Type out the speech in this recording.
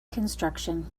construction